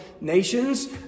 nations